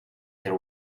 there